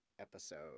episode